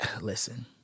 Listen